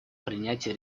принятия